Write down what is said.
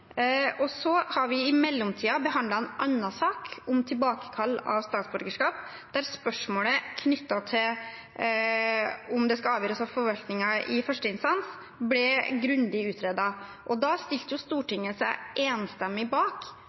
har vi behandlet en annen sak, om tilbakekall av statsborgerskap, der spørsmålet knyttet til om det skal avgjøres av forvaltningen i første instans, ble grundig utredet. Da stilte Stortinget seg enstemmig bak